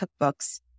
cookbooks